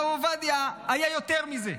הרב עובדיה היה יותר מזה.